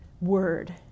word